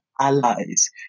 allies